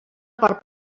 part